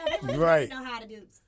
Right